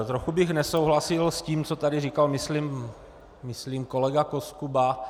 Trochu bych nesouhlasil s tím, co tady říkal myslím kolega Koskuba.